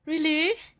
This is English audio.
really